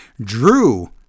Drew